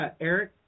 Eric